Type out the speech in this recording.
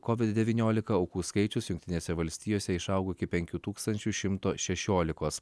covid devyniolika aukų skaičius jungtinėse valstijose išaugo iki penkių tūkstančių šimto šešiolikos